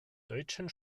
deutschen